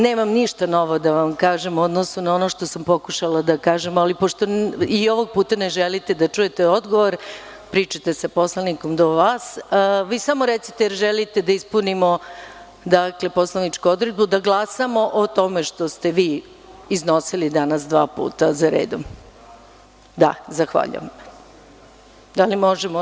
Nemam ništa novo da vam kažem u odnosu na ono što sam pokušala da kažem, ali pošto ni ovog puta ne želite da čujete odgovor, pričate sa poslanikom do vas, vi samo recite da li želite da ispunimo poslaničku odredbu i da glasamo o tome što ste vi iznosili danas dva puta za redom? (Marko Đurišić, sa mesta: Da.) Da, zahvaljujem.